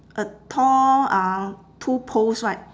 a tall uh two poles right